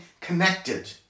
connected